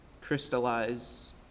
crystallize